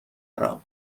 عراق